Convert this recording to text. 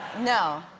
no,